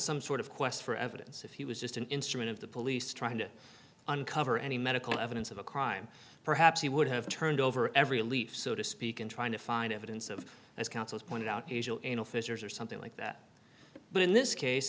some sort of quest for evidence if he was just an instrument of the police trying to uncover any medical evidence of a crime perhaps he would have turned over every leaf so to speak and trying to find evidence of his counsel's pointed out fissures or something like that but in this case